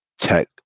tech